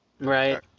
Right